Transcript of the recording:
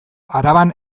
araban